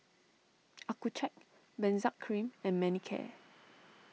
Accucheck Benzac Cream and Manicare